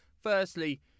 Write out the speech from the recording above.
firstly